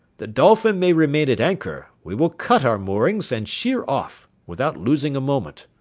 the dolphin may remain at anchor we will cut our moorings and sheer off, without losing a moment.